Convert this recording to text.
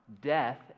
Death